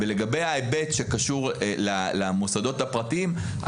לגבי ההיבט שקשור למוסדות הפרטיים,